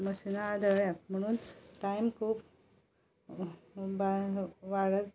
मशिना आदळ्यांत म्हणून कांयन खूब बाळन वाळत